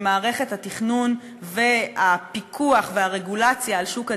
מערכת התכנון והפיקוח והרגולציה על שוק הדיור.